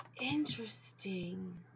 Interesting